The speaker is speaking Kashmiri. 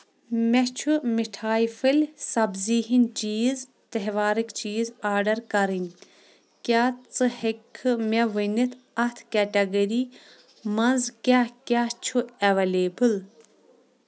مےٚ چھ مِٹھایہِ پھٔلۍ سبزی ہِنٛدؠ چیٖز تہوارٕکؠ چیٖز آڈر کرٕنۍ کیٛاہ ژٕ ہٮ۪کہٕ کھٕ مےٚ ونِتھ اَتھ کیٹگری منٛز کیٛاہ کیٛاہ چھ اویلیبل